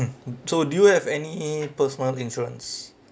so do you have any personal insurance